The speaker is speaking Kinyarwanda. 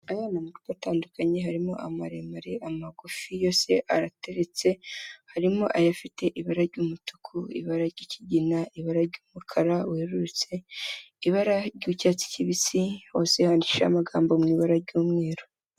Aya ni amavuta atandukanye, harimo amaremare, amagufi, yose arateretse; harimo ayafite ibara ry'umutuku, ibara ry'ikigina, ibara ry'umukara werurutse, ibara ry'icyatsi kibisi, hose handikishije amagambo mu ibara ry'umweru.